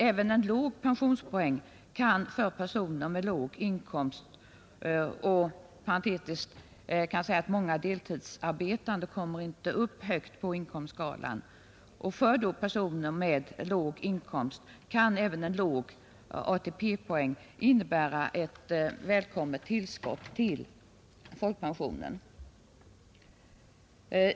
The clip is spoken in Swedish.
Även en låg pensionspoäng kan för personer med låg inkomst — och parentetiskt kan jag säga att många deltidsarbetande inte kommer upp högt på inkomstskalan — innebära ett välkommet tillskott till folkpensionen.